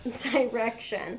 direction